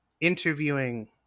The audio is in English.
interviewing